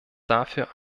dafür